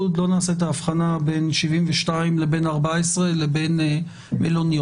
לא נעשה את ההבחנה בין 72 לבין 14 לבין מלוניות.